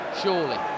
surely